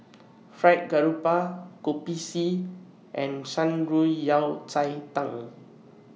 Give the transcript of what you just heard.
Fried Garoupa Kopi C and Shan Rui Yao Cai Tang